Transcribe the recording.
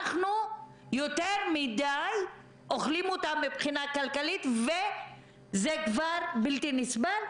אנחנו יותר מדי אוכלים אותה מבחינה כלכלית וזה כבר בלתי נסבל,